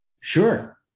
Sure